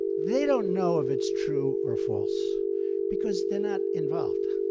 they don't know if it's true or false because they're not involved.